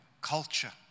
culture